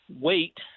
wait